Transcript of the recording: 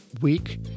week